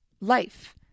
life